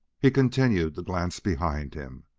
he continued to glance behind him,